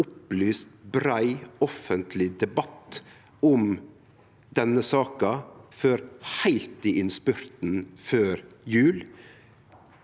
opplyst og brei offentleg debatt om denne saka før heilt i innspurten før jul.